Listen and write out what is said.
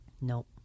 Nope